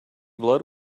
blood